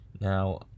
Now